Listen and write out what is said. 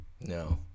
No